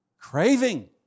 craving